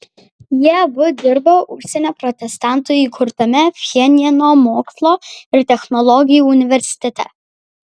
jie abu dirbo užsienio protestantų įkurtame pchenjano mokslo ir technologijų universitete